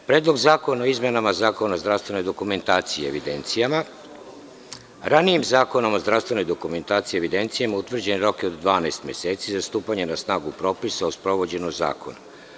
Predlog zakona o izmenama Zakona o zdravstvenoj dokumentaciji i evidencijama - ranijim Zakonom o zdravstvenoj dokumentaciji i evidencijama utvrđen je rok od 12 meseci za stupanje na snagu propisa za sprovođenje zakona.